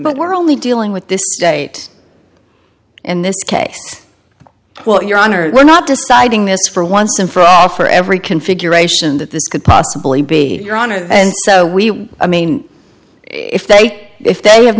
but we're only dealing with this date in this case well your honor we're not deciding this for once and for all for every configuration that this could possibly be your honor and so we i mean if they if they have